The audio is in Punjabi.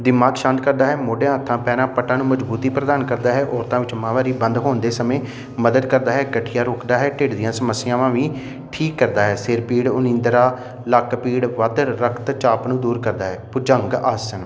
ਦਿਮਾਗ ਸ਼ਾਂਤ ਕਰਦਾ ਹੈ ਮੋਢਿਆਂ ਹੱਥਾਂ ਪੈਰਾਂ ਪੱਟਾਂ ਨੂੰ ਮਜ਼ਬੂਤੀ ਪ੍ਰਦਾਨ ਕਰਦਾ ਹੈ ਔਰਤਾਂ ਵਿੱਚ ਮਹਾਵਾਰੀ ਬੰਦ ਹੋਣ ਦੇ ਸਮੇਂ ਮਦਦ ਕਰਦਾ ਹੈ ਗਠੀਆ ਰੋਕਦਾ ਹੈ ਢਿੱਡ ਦੀਆਂ ਸਮੱਸਿਆਵਾਂ ਵੀ ਠੀਕ ਕਰਦਾ ਹੈ ਸਿਰ ਪੀੜ ਉਨੀਂਦਰਾ ਲੱਕ ਪੀੜ ਵੱਧ ਰਕਤ ਚਾਪ ਨੂੰ ਦੂਰ ਕਰਦਾ ਹੈ ਭੁਜੰਗ ਆਸਨ